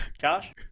Josh